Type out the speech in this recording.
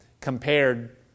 compared